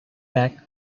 back